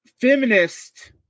feminist